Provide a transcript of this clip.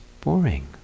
boring